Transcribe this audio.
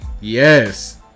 Yes